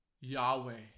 Yahweh